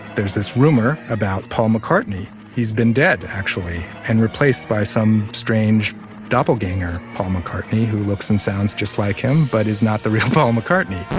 there's this rumor about paul mccartney, he's been dead actually and replaced by some strange doppelganger paul mccartney who looks and sounds just like him but is not the real paul mccartney